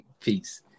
peace